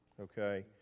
okay